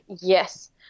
Yes